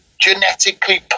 genetically